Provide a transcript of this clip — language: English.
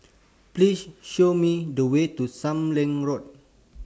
Please Show Me The Way to SAM Leong Road